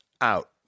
out